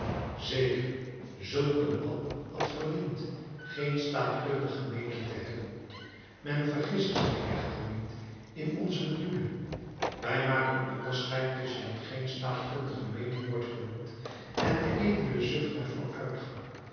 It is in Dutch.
zeker zulk een man had verdiend geen staatkundige meening te hebben men vergisse zich echter niet in onze bedoeling wij maken onderscheid tusschen hetgeen staatkundige meening wordt genoemd en die edele zucht naar vooruitgang